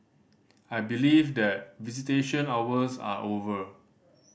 I believe that visitation hours are over